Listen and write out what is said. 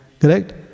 correct